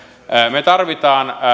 me tarvitsemme